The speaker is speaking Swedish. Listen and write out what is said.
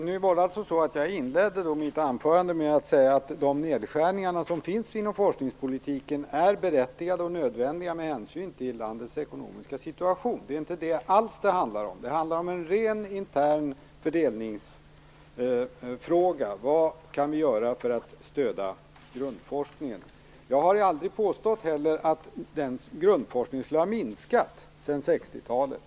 Fru talman! Jag inledde alltså mitt anförande med att säga att de nedskärningar som finns inom forskningspolitiken är berättigade och nödvändiga med hänsyn till landets ekonomiska situation. Det är inte alls det detta handlar om. Det handlar om en ren intern fördelningsfråga: Vad kan vi göra för att stödja grundforskningen? Jag har heller aldrig påstått att grundforskningen skulle ha minskat sedan 60-talet.